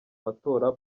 matora